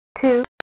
Two